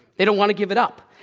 they don't want to give it up.